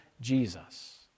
Jesus